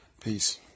peace